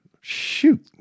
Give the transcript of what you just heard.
shoot